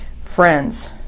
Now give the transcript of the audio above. Friends